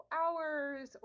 hours